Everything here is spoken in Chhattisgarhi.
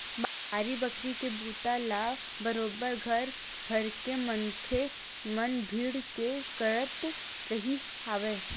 बाड़ी बखरी के बूता ल बरोबर घर भरके मनखे मन भीड़ के करत रिहिस हवय